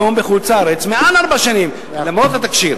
עובדה שיש היום שליחים שנמצאים בחוץ-לארץ מעל ארבע שנים למרות התקשי"ר.